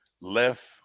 left –